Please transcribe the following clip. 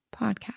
podcast